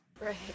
Right